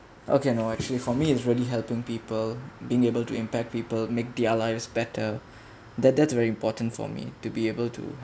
okay no actually for me it's really helping people being able to impact people make their lives better that that's very important for me to be able to